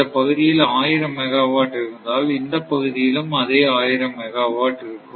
இந்தப் பகுதியில் ஆயிரம் மெகாவாட் இருந்தால் இந்தப் பகுதியிலும் அதே ஆயிரம் மெகாவாட் இருக்கும்